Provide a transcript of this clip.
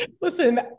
Listen